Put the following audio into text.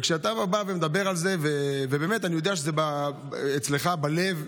כשאתה בא ומדבר על זה, אני יודע שזה אצלך בלב.